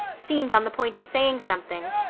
seemed on the point of saying something,